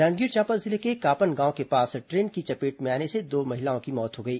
जांजगीर चांपा जिले के कापन गांव के पास ट्रेन की चपेट में आने से दो महिलाओं की मौत हो गई